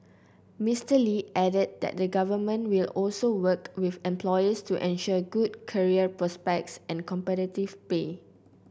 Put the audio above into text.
Mister Lee added that the Government will also work with employers to ensure good career prospects and competitive pay